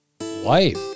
life